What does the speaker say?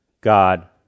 God